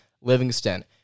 Livingston